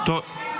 אוי אוי אוי.